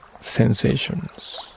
sensations